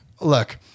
look